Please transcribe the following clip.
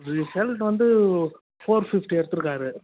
result வந்து four fifty எடுத்திருக்காரு